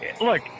look